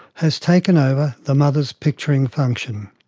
has taken over the mother's picturing function.